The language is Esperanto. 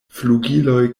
flugiloj